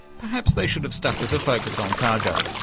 perhaps they should have stuck with a focus on cargo.